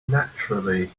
naturally